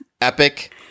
epic